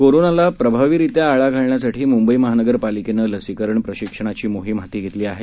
कोरोनालाप्रभावीरित्याआळाघालण्यासाठीमुंबईमहानगरपालिकेनंलसीकरणप्रशिक्षणाचीमोहीमहातीघेतलीआहे